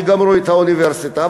שגמרו את האוניברסיטה,